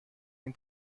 این